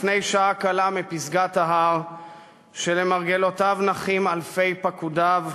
לפני שעה קלה מפסגת ההר שלמרגלותיו נחים אלפי פקודיו,